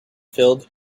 filled